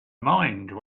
mind